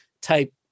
type